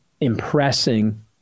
impressing